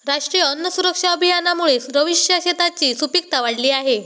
राष्ट्रीय अन्न सुरक्षा अभियानामुळे रवीशच्या शेताची सुपीकता वाढली आहे